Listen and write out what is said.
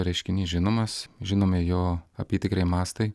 reiškinys žinomas žinomi jo apytikriai mastai